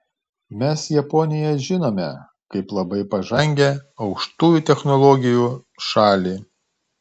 mes japoniją žinome kaip labai pažangią aukštųjų technologijų šalį